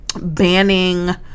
banning